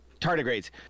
tardigrades